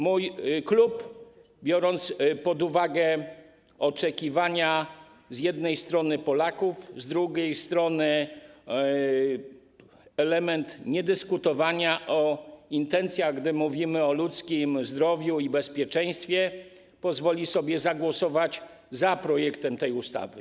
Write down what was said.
Mój klub, biorąc pod uwagę z jednej strony oczekiwania Polaków, z drugiej strony element niedyskutowania o intencjach, gdy mówimy o ludzkim zdrowiu i bezpieczeństwie, pozwoli sobie zagłosować za projektem tej ustawy.